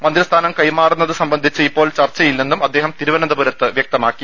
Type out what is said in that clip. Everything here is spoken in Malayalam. മന്ത്രിസ്ഥാനം കൈമാ റുന്നത് സംബന്ധിച്ച് ഇപ്പോൾ ചർച്ചയില്ലെന്നും അദ്ദേഹം തിരുവ നന്തപുരത്ത് വ്യക്തമാക്കി